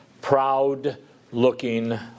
proud-looking